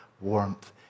warmth